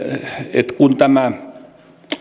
että kun tämä